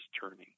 turning